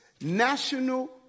national